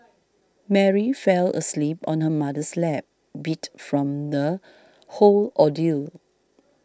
Mary fell asleep on her mother's lap beat from the whole ordeal